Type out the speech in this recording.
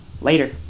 Later